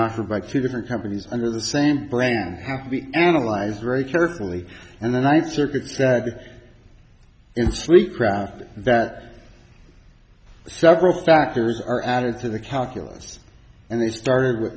offered by two different companies under the same brand have to be analyzed very carefully and the ninth circuit sakic and sweet craft that several factors are added to the calculus and they started with